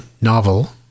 novel